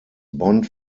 bond